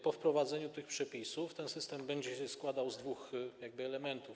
Po wprowadzeniu tych przepisów ten system będzie się składał z dwóch elementów.